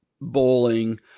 bowling